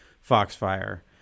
Foxfire